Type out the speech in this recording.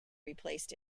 replaced